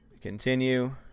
Continue